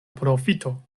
profito